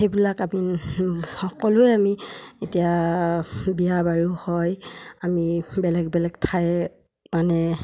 সেইবিলাক আমি সকলোৱে আমি এতিয়া বিয়া বাৰু হয় আমি বেলেগ বেলেগ ঠায়ে মানে